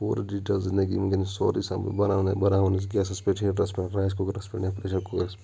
پورٕ ڈِجِٹَل زِنٛدَگِی ؤنکیٚنَس سورُے بناونہٕ بناوان گیسَس پؠٹھ ہِیٖٹرَس پؠٹھ رَیِس کُکرَس پؠٹھ یا پرٛشَر کُُکرَس پؠٹھ